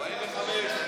הכוונה היא